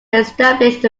establish